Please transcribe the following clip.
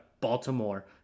Baltimore